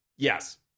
Yes